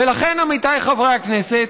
ולכן, עמיתיי חברי הכנסת,